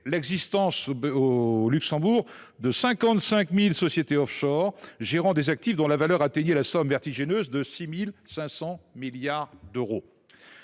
L’existence au Luxembourg de 55 000 sociétés offshore gérant des actifs dont la valeur atteignait la somme vertigineuse de 6 500 milliards d’euros